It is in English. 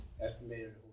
Estimated